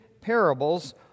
parables